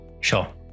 Sure